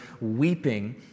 weeping